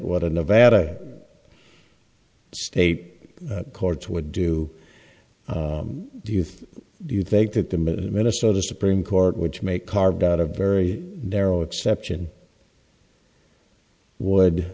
what a nevada state courts would do do you think do you think that the minnesota supreme court which may carved out a very narrow exception would